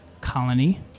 Colony